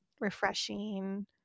refreshing